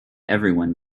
everyone